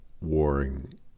warring